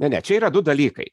ne ne čia yra du dalykai